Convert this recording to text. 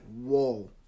whoa